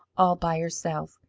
all by herself,